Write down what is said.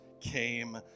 came